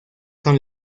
son